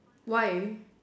why